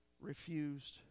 refused